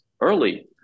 early